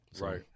Right